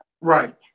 Right